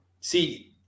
See